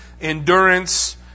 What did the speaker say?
endurance